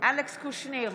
אלכס קושניר,